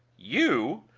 you!